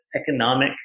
economic